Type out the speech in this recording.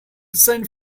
send